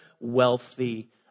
wealthy